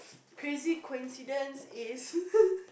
crazy coincidence is